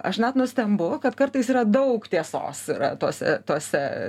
aš net nustembu kad kartais yra daug tiesos tose tose